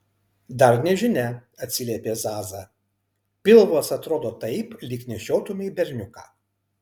dar nežinia atsiliepė zaza pilvas atrodo taip lyg nešiotumei berniuką